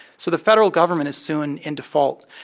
so the federal government is soon in default.